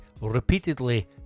repeatedly